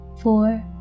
four